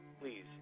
please